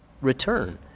return